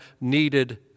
needed